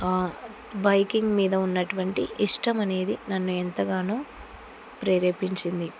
biking మీద ఉన్నటువంటి ఇష్టం అనేది నన్ను ఎంతగానో ప్రేరేపించింది